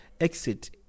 exit